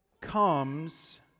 comes